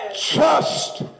trust